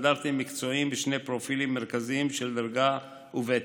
סטנדרטים מקצועיים בשני פרופילים מרכזיים של דרגה וותק.